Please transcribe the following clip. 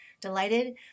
delighted